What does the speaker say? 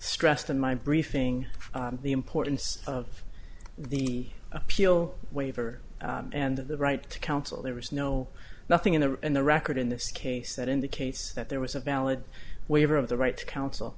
stressed in my briefing the importance of the appeal waiver and the right to counsel there was no nothing in the in the record in this case that indicates that there was a valid waiver of the right to counsel